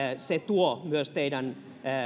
se tuo myös teidän